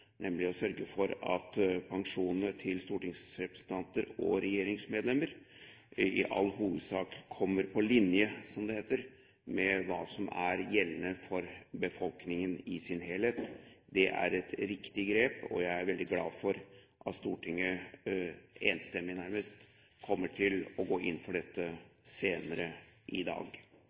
nemlig å sørge for at pensjonene til stortingsrepresentanter og regjeringsmedlemmer i all hovedsak kommer på linje – som det heter – med det som er gjeldende for befolkningen i sin helhet. Det er et riktig grep, og jeg er veldig glad for at Stortinget, nærmest enstemmig, kommer til å gå inn for dette senere i dag.